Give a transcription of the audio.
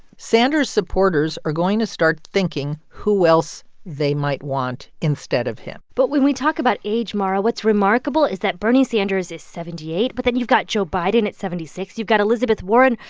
sanders supporters are going to start thinking who else they might want instead of him but when we talk about age, mara, what's remarkable is that bernie sanders is seventy eight. but then you've got joe biden at seventy six. you've got elizabeth warren,